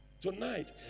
Tonight